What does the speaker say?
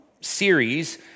series